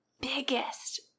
biggest